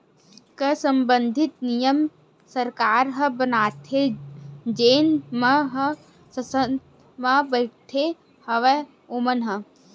कर संबंधित नियम सरकार ह बनाथे जेन मन ह संसद म बइठे हवय ओमन ह